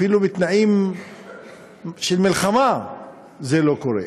אפילו בתנאים של מלחמה זה לא קורה.